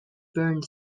burned